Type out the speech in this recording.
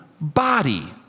body